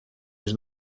les